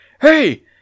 Hey